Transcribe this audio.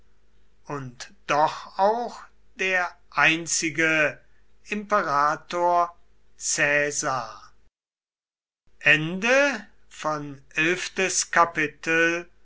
und doch auch der einzige imperator caesar